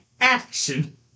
action